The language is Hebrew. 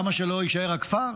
למה שלא יישאר הכפר?